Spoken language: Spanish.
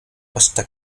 pasta